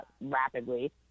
rapidly